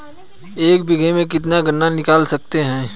एक बीघे में से कितना गन्ना निकाल सकते हैं?